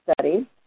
study